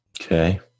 Okay